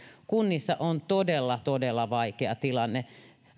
kunnissa on todella todella vaikea tilanne